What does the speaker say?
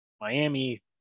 Miami